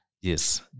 Yes